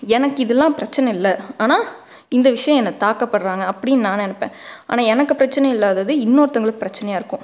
எனக்கு இதல்லாம் பிரச்சன இல்லை ஆனால் இந்த விஷயம் என்ன தாக்கப்படுறாங்க அப்படின்னு நான் நினப்ப ஆனால் எனக்கு பிரச்சன இல்லாதது இன்னொருத்தவங்களுக்கு பிரச்சனயாருக்கும்